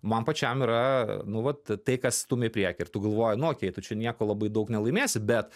man pačiam yra nu vat tai kas stumia į priekį ir tu galvoji nu okėj tu čia nieko labai daug nelaimėsi bet